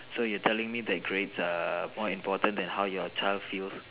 so you telling me that grades are more important than how your child feels